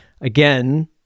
Again